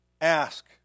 ask